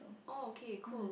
oh okay cool